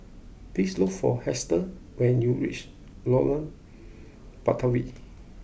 please look for Hester when you reach Lorong Batawi